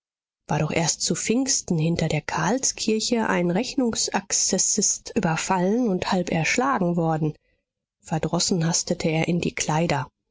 war doch erst zu pfingsten hinter der karlskirche ein rechnungsakzessist überfallen und halb erschlagen worden verdrossen hastete er in die kleider